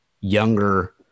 younger